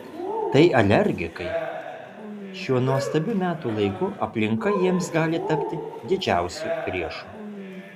tai alergikai šiuo nuostabiu metų laiku aplinka jiems gali tapti didžiausiu priešu